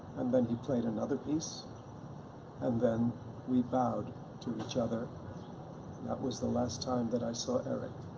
and then he played another piece and then we bowed to each other, and that was the last time that i saw eric.